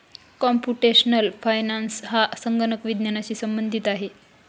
computational finance हा संगणक विज्ञानाशी संबंधित आहे